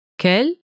Quel